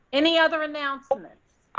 any other announcements.